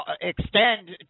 extend